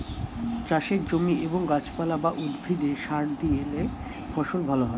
চাষের জমি এবং গাছপালা বা উদ্ভিদে সার দিলে ফসল ভালো হয়